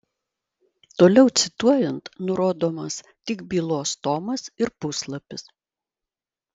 toliau cituojant nurodomas tik bylos tomas ir puslapis